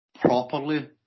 properly